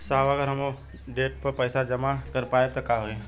साहब अगर हम ओ देट पर पैसाना जमा कर पाइब त का होइ?